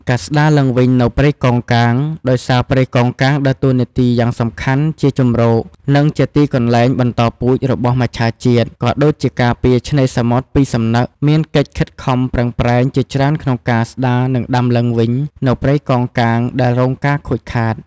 ការស្ដារឡើងវិញនូវព្រៃកោងកាង ដោយសារព្រៃកោងកាងដើរតួនាទីយ៉ាងសំខាន់ជាជម្រក និងជាទីកន្លែងបន្តពូជរបស់មច្ឆាជាតិ ក៏ដូចជាការពារឆ្នេរសមុទ្រពីសំណឹក មានកិច្ចខិតខំប្រឹងប្រែងជាច្រើនក្នុងការស្ដារ និងដាំឡើងវិញនូវព្រៃកោងកាងដែលរងការខូចខាត។